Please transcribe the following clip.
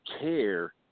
care